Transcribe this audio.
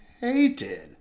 hated